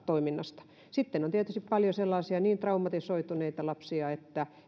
toiminnastaan sitten on tietysti paljon sellaisia niin traumatisoituneita lapsia että